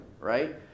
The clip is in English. right